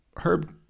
Herb